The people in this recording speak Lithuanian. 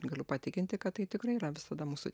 galiu patikinti kad tai tikrai yra visada mūsų